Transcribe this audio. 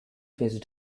faced